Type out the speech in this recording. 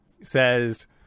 says